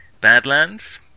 Badlands